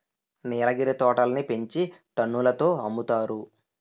నీలగిరి తోటలని పెంచి టన్నుల తో అమ్ముతారు